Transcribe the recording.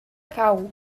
cau